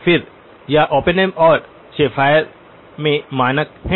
फिर यह ओपेनहेम और शेफ़र में मानक है